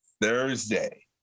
Thursday